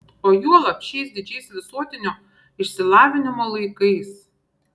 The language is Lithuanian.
o juolab šiais didžiais visuotinio išsilavinimo laikais